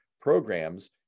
programs